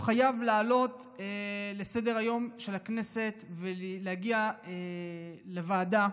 הוא חייב לעלות לסדר-היום של הכנסת ולהגיע לוועדה,